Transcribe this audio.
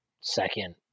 second